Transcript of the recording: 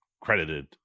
credited